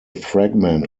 fragment